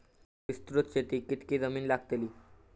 विस्तृत शेतीक कितकी जमीन लागतली?